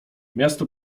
miasto